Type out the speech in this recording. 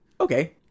okay